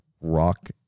rock